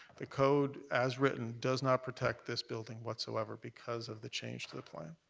the code, as written, does not protect this building whatsoever because of the change to the plan,